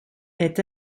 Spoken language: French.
est